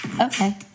Okay